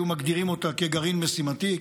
היו מגדירים אותה כגרעין משימתי,